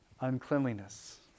uncleanliness